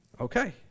okay